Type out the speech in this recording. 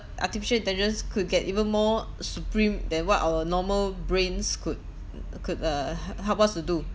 artificial intelligence could get even more supreme than what our normal brains could could uh hel~ help us to do